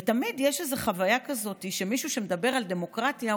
ותמיד יש חוויה כזאת שמישהו שמדבר על דמוקרטיה,